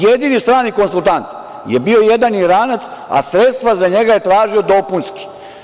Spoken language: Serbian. Jedini strani konsultant je bio jedan Iranac, a sredstva za njega je tražio dopunski.